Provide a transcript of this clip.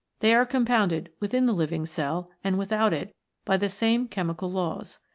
they are compounded within the living cell and without it by the same chemical laws.